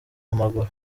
amaguru